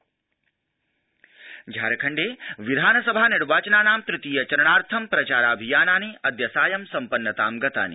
झारखण्डम् निर्वाचनम् झारखण्डे विधानसभा निर्वाचनानां तृतीय चरणार्थं प्रचाराभियानानि अद्य सायं सम्पन्नतां गतानि